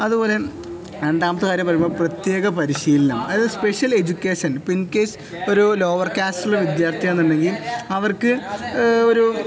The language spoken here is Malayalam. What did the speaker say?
അതുപോലെ രണ്ടാമത്തെ കാര്യം പറയുമ്പോള് പ്രത്യേക പരിശീലനം അതായത് സ്പെഷ്യൽ എഡ്യൂക്കേഷൻ ഇപ്പോള് ഇൻകേസ് ഒരു ലോവർ കാസ്റ്റിലുള്ള വിദ്യാർത്ഥിയാണെന്നുണ്ടെങ്കില് അവർക്ക് ഒരു